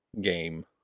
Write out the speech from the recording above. game